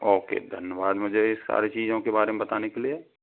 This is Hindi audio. ओके धन्यवाद मुझे ये सारी चीज़ों के बारे में बताने के लिए